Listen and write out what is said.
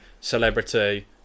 celebrity